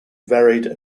varied